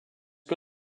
que